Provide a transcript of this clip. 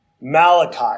Malachi